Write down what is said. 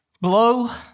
Blow